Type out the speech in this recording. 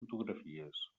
fotografies